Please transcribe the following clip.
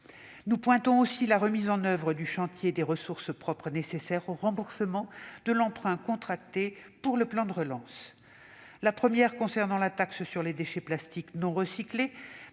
souligner la remise en oeuvre du chantier des ressources propres, nécessaires au remboursement de l'emprunt contracté pour le plan de relance. La première, c'est-à-dire la taxe sur les déchets plastiques non recyclés,